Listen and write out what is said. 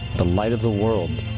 the light of the world,